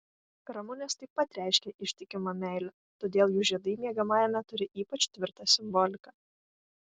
ramunės taip pat reiškia ištikimą meilę todėl jų žiedai miegamajame turi ypač tvirtą simboliką